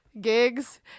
gigs